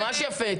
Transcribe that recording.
ממש יפה,